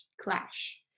clash